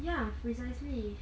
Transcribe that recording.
ya precisely